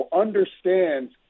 understands